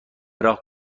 راه